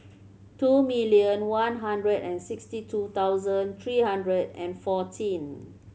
two million one hundred and sixty two thousand three hundred and fourteen